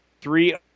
three